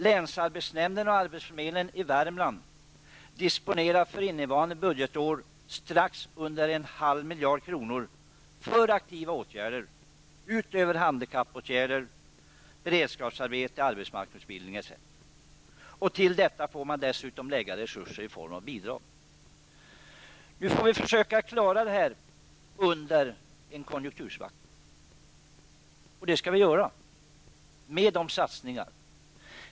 Länsarbetsnämnden och arbetsförmedlingen i Värmland disponerar för innevarande budgetår något under en halv miljard kronor för aktiva åtgärder, vid sidan av t.ex. handikappåtgärder, beredskapsarbeten och arbetsmarknadsutbildning. Härtill får man lägga resurser i form av bidrag. Nu får vi försöka klara det hela under en konjunktursvacka, och det skall vi göra.